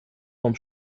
vom